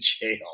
jail